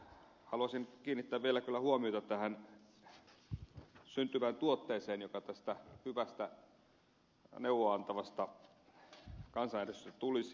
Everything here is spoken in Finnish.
haluaisin kiinnittää vielä huomiota tähän syntyvään tuotteeseen joka tästä hyvästä neuvoa antavasta kansanäänestyksestä tulisi